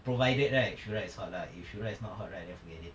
provided right shura is hot lah if shura is not hot right then forget it